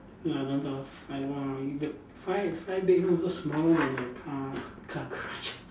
ya then the s~ like !wah! the five five bedroom so small uh